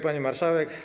Pani Marszałek!